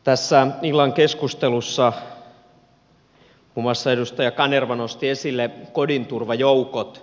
tässä illan keskustelussa muun muassa edustaja kanerva nosti esille kodinturvajoukot